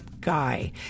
guy